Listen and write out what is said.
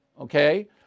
okay